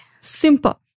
simple